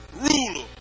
ruler